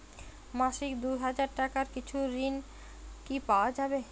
মাসিক দুই হাজার টাকার কিছু ঋণ কি পাওয়া যাবে?